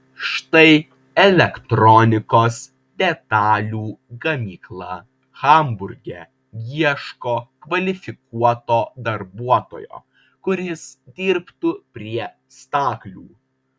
štai elektronikos detalių gamykla hamburge ieško kvalifikuoto darbuotojo kuris dirbtų prie staklių